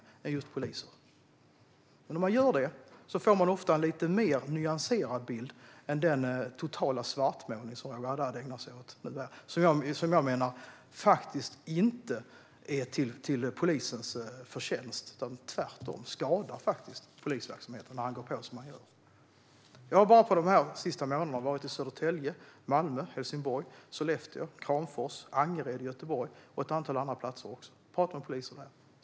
När jag talar med poliser får jag ofta en mer nyanserad bild än den totala svartmålning som Roger Haddad ägnar sig åt. Jag menar att Roger Haddad snarare skadar än gynnar polisverksamheten när han går på som han gör. Bara de senaste månaderna har jag varit i Södertälje, Malmö, Helsingborg, Sollefteå, Kramfors, Angered i Göteborg med flera platser och pratat med poliser.